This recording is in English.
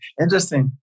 Interesting